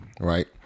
right